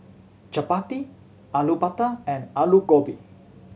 Chapati Alu Matar and Alu Gobi